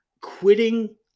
quitting